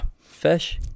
Fish